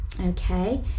Okay